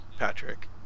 Patrick